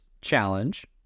challenge